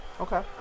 Okay